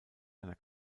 einer